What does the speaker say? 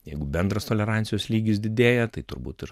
jeigu bendras tolerancijos lygis didėja tai turbūt ir